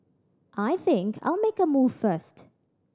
I think I'll make a move first